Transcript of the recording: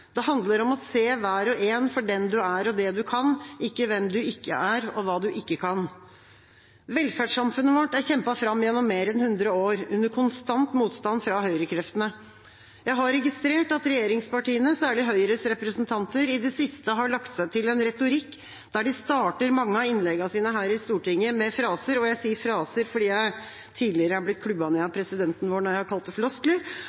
Det handler om å se hver og en for den man er, og det man kan, ikke hvem man ikke er, og hva man ikke kan. Velferdssamfunnet vårt er kjempet fram gjennom mer enn hundre år, under konstant motstand fra høyrekreftene. Jeg har registrert at regjeringspartiene, særlig Høyres representanter, i det siste har lagt seg til en retorikk der de starter mange av innleggene sine her i Stortinget med fraser – og jeg sier fraser fordi jeg tidligere har blitt klubbet ned av presidenten når jeg har kalt det floskler